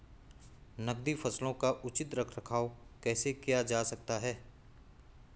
नकदी फसलों का उचित रख रखाव कैसे किया जा सकता है?